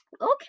okay